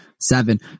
seven